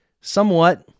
Somewhat